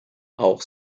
auch